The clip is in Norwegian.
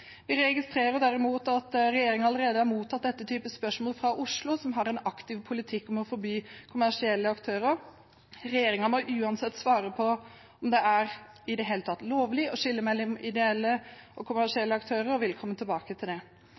Jeg registrerer derimot at regjeringen allerede har mottatt denne typen spørsmål fra Oslo, som har en aktiv politikk om å forby kommersielle aktører. Regjeringen må uansett svare på om det i det hele tatt er lovlig å skille mellom ideelle og kommersielle aktører, og vil komme tilbake til det.